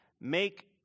make